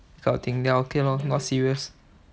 okay lor not serious